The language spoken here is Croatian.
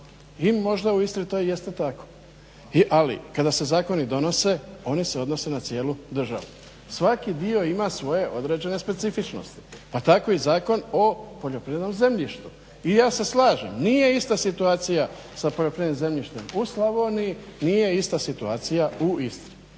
i možda u Istri to jeste tako, ali kada se zakoni donose oni se donose na cijelu državu. Svaki dio ima svoje određene specifičnosti pa tako i Zakon o poljoprivrednom zemljištu i ja se slažem nije ista situacija sa poljoprivrednim zemljištem u Slavoniji, nije ista situacija u Istri,